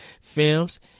films